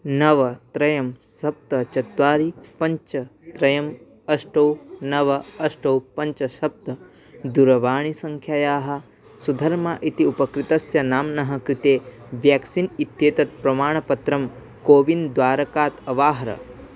नव त्रय सप्त चत्वारि पञ्च त्रय अष्टौ नव अष्टौ पञ्च सप्त दूरवाणीसङ्ख्यायाः सुधर्मा इति उपकृतस्य नाम्नः कृते व्याक्सीन् इत्येतत् प्रमाणपत्रं कोविन् द्वारकात् अवाहर